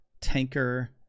tanker